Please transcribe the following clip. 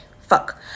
fuck